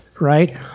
Right